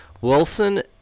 Wilson